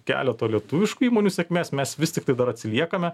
keleto lietuviškų įmonių sėkmės mes vis tiktai dar atsiliekame